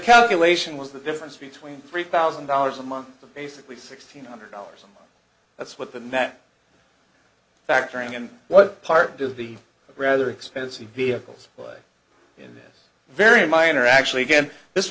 calculation was the difference between three thousand dollars a month for basically sixteen hundred dollars and that's what the net factoring in what part does the rather expensive vehicles play in this very minor actually again this